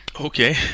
Okay